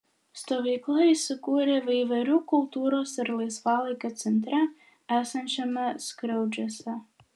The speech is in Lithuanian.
stovykla įsikūrė veiverių kultūros ir laisvalaikio centre esančiame skriaudžiuose